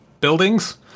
buildings